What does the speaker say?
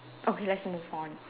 okay let's move on